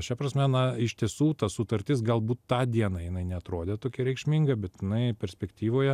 šia prasme na iš tiesų ta sutartis galbūt tą dieną jinai neatrodė tokia reikšminga bet jinai perspektyvoje